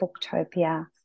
Booktopia